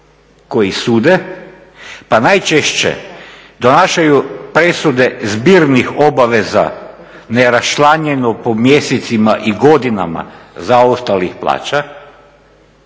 koji sude pa najčešće donašaju presude zbirnih obaveza neraščlanjeno po mjesecima i godinama zaostalih plaća,